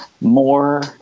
more